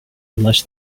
unless